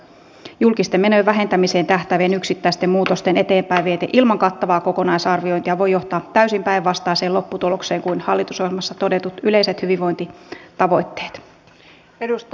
julkisten menojen vähentämiseen tähtäävien yksittäisten muutosten eteenpäinvienti ilman kattavaa kokonaisarviointia voi johtaa täysin päinvastaiseen lopputulokseen kuin hallitusohjelmassa todetut yleiset hyvinvointitavoitteet